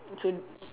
so